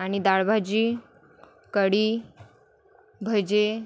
आई डाळभाजी कढी भजे